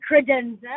credenza